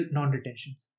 Non-Retentions